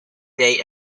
date